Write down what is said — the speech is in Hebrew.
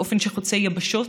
באופן שחוצה יבשות,